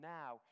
now